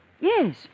yes